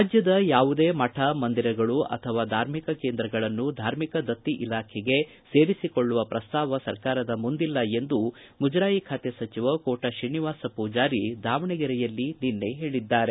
ರಾಜ್ಯದ ಯಾವುದೇ ಮಠ ಮಂದಿರಗಳು ಅಥವಾ ಧಾರ್ಮಿಕ ಕೇಂದ್ರಗಳನ್ನು ಧಾರ್ಮಿಕ ದಕ್ತಿ ಇಲಾಖೆಗೆ ಸೇರಿಸಿಕೊಳ್ಳುವ ಪ್ರಸ್ತಾಪ ಸರ್ಕಾರದ ಮುಂದಿಲ್ಲ ಎಂದು ಮುಜರಾಯಿ ಖಾತೆ ಸಚಿವ ಕೋಟಾ ಶ್ರೀನಿವಾಸ ಮೂಜಾರಿ ದಾವಣಗೆರೆಯಲ್ಲಿ ನಿನ್ನೆ ಹೇಳಿದ್ದಾರೆ